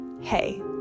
Hey